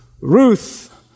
Ruth